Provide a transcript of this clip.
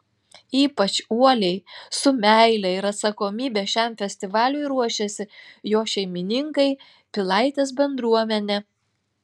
ypač uoliai su meile ir atsakomybe šiam festivaliui ruošiasi jo šeimininkai pilaitės bendruomenė